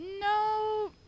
No